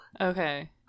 Okay